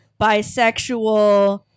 bisexual